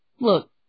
Look